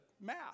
math